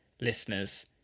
listeners